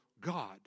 God